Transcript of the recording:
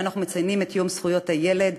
כשאנחנו מציינים את יום זכויות הילד,